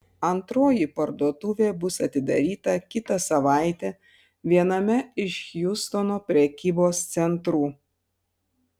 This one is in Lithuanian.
antroji parduotuvė bus atidaryta kitą savaitę viename iš hjustono prekybos centrų